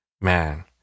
Man